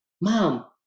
Mom